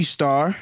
Star